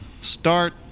start